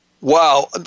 Wow